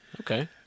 Okay